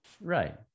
Right